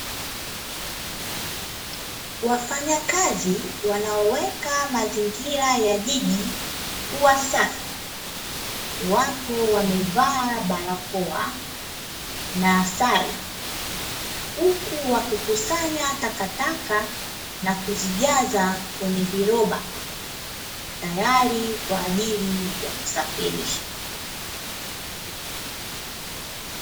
Wafanyakazi wanaoweka mazingira ya jiji kuwa safi, wapo wamevaa barakoa na sare, huku wakikusanya takataka na kuzijaza kwenye viroba, tayari kwa ajili ya kusafirisha.